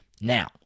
Now